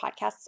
podcasts